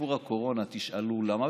בסיפור הקורונה תשאלו למה.